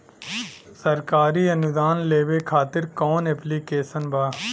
सरकारी अनुदान लेबे खातिर कवन ऐप्लिकेशन बा?